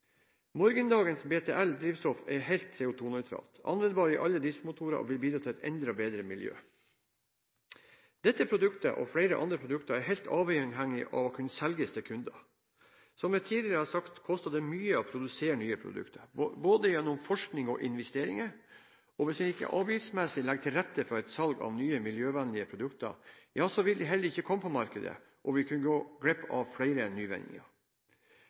er helt CO2-nøytralt, anvendbart i alle dieselmotorer og vil bidra til et enda bedre miljø. Dette produktet, og flere andre produkter, er helt avhengig av å kunne selges til kunder. Som jeg tidligere har sagt, koster det mye å produsere nye produkter, gjennom både forskning og investeringer, og hvis en ikke avgiftsmessig legger til rette for et salg av nye miljøvennlige produkter, ja, så vil de heller ikke komme på markedet, og vi vil kunne gå glipp av flere